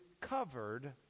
covered